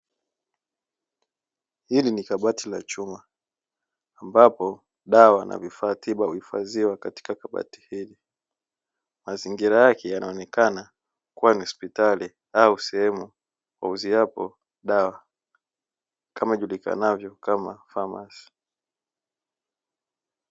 Hili ni kabati la chuma, ambapo dawa na vifaa tiba hufadhiwa katika kabati hili. Mazingira yake yanaonekana kuwa ni hospitali au sehemu wauziapo dawa kama ijulikanavyo kama 'pharmacy'.